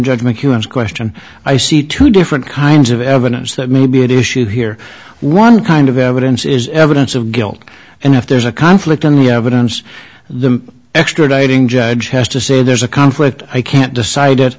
and question i see two different kinds of evidence that may be at issue here one kind of evidence is evidence of guilt and if there's a conflict in the evidence the extraditing judge has to say there's a conflict i can't decide that